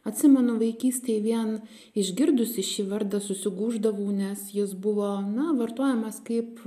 atsimenu vaikystėj vien išgirdusi šį vardą susigūždavau nes jis buvo na vartojamas kaip